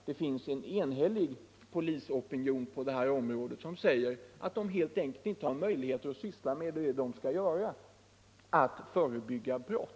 Det finns en enhällig polisopinion på det här området som menar att poliserna härigenom helt enkelt inte har möjlighet att syssla med det de skall göra — att förebygga brott.